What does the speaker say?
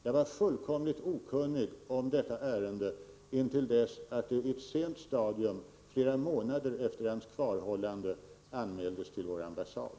Jag var fullkomligt okunnig om detta ärende intill dess att det vid ett sent stadium, flera månader efter hans kvarhållande, anmäldes till vår ambassad.